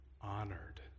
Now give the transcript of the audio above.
honored